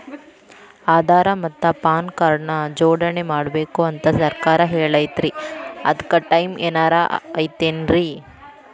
ಆಧಾರ ಮತ್ತ PAN card ನ ಜೋಡಣೆ ಮಾಡ್ಬೇಕು ಅಂತಾ ಸರ್ಕಾರ ಹೇಳೈತ್ರಿ ಅದ್ಕ ಟೈಮ್ ಏನಾರ ಐತೇನ್ರೇ?